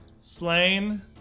slain